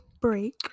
break